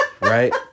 right